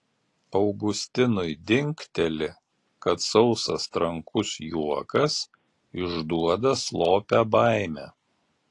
augustinui dingteli kad sausas trankus juokas išduoda slopią baimę